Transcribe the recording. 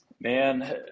Man